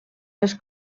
les